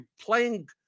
playing